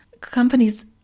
companies